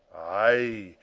i,